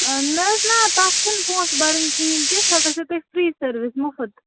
نَہ حَظ نَہ تتھ چھِ نہٕ پۄنسہٕ برنۍ کہیٖنۍ تہِ سۄ گٔژھیو تۄہہِ فری سروِس مُفُت